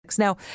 Now